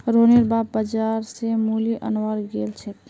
रोहनेर बाप बाजार स मूली अनवार गेल छेक